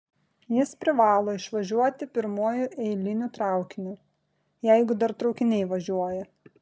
jis privalo išvažiuoti pirmuoju eiliniu traukiniu jeigu dar traukiniai važiuoja